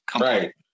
Right